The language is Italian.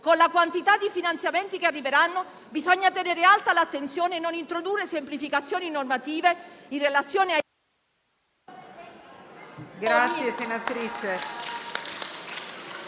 Con la quantità di finanziamenti che arriveranno bisogna tenere alta l'attenzione e non introdurre semplificazioni normative in relazione...